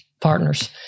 partners